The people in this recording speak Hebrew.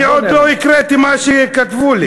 אני עוד לא הקראתי מה שכתבו לי.